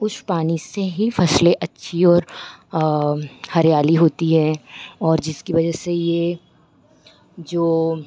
उस पानी से ही फसलें अच्छी और हरियाली होती है और जिसकी वजह से यह जो